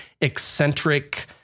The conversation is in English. eccentric